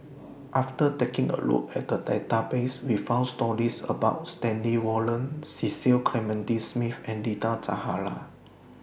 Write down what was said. after taking A Look At The Database We found stories about Stanley Warren Cecil Clementi Smith and Rita Zahara